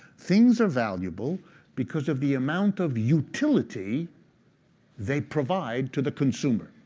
things are valuable because of the amount of utility they provide to the consumer.